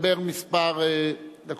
כמה דקות.